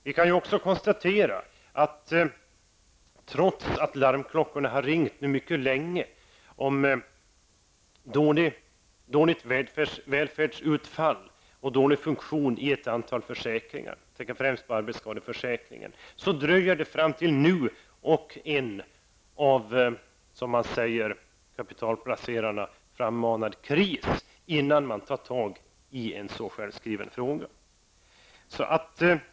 Vi kan också konstatera att trots att larmklockorna har ringt mycket länge om dåligt välfärdsutfall och dålig funktion i ett antal försäkringar, jag tänker främst på arbetsskadeförsäkringen, har det dröjt fram till nu och en, som man säger, av kapitalplacerarna frammanad kris innan man tar tag i en så självskriven fråga.